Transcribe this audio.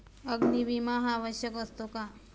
अग्नी विमा हा आवश्यक असतो का?